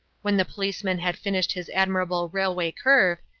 when the policeman had finished his admirable railway curve,